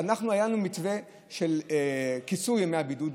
אנחנו, היה לנו מתווה של קיצור ימי הבידוד.